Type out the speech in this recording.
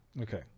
Okay